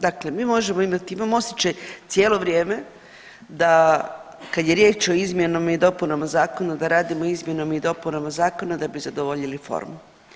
Dakle, mi možemo imati imam osjećaj cijelo vrijeme da kad je riječ o izmjenama i dopunama zakona da radimo o izmjenama i dopunama zakona da bi zadovoljili formu.